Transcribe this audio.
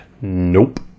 nope